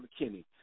McKinney